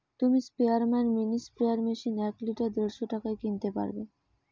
তুমি স্পেয়ারম্যান mini sprayer machine এক লিটার দেড়শ টাকায় কিনতে পারবে